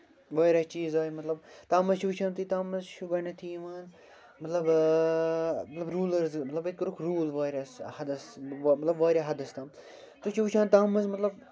واریاہ چیٖز آیہِ مطلب تَتھ منٛز چھُ وٕچھان تَتھ منٛز چھِ گۄڈٕنٮ۪تھٕے یِوان مطلب روٗلٔرزٕ مطلب ییٚتہِ کوٚرُکھ روٗل واریاہ حدس مطلب واریاہ حدس تُہۍ چھِو وٕچھان تَتھ منٛز مطلب